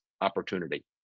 opportunity